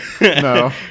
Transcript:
No